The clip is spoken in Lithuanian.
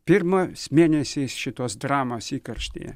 pirmas mėnesis šitos dramos įkarštyje